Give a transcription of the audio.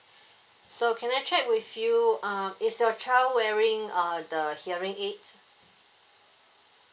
so can I check with you um is your child wearing err the hearing aid